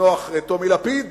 המנוח טומי לפיד